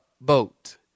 boat